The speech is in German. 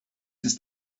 ist